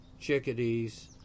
chickadees